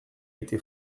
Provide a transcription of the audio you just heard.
été